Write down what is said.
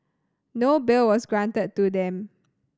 no bail was granted to them